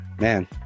man